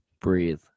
breathe